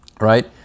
right